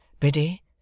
Biddy